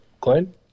glenn